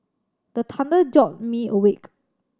the thunder jolt me awake